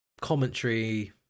Commentary